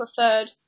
preferred